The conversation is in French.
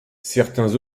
certains